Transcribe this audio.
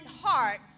heart